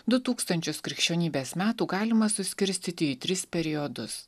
du tūkstančius krikščionybės metų galima suskirstyti į tris periodus